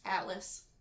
Atlas